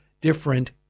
different